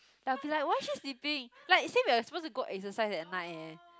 I will be like why is she sleeping like since we are supposed to go exercise at night eh